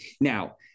now